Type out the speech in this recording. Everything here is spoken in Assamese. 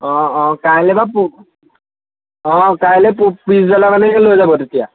অঁ অঁ কাইলৈ বা অঁ কাইলৈ পিছবেলামানেকৈ লৈ যাব তেতিয়া